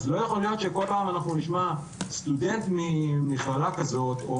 אז לא יכול להיות שכל פעם אנחנו נשמע סטודנט ממכלה כזאת או